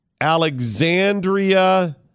Alexandria